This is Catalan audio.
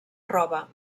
roba